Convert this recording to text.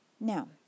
Now